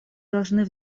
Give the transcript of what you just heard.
должны